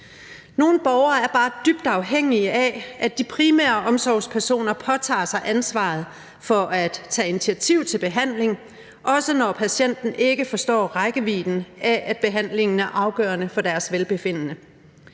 Nogle borgere er bare dybt afhængige af, at de primære omsorgspersoner påtager sig ansvaret for at tage initiativ til behandling, også når patienten ikke forstår rækkevidden af, at behandlingen er afgørende for deres velbefindende.